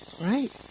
Right